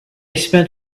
spent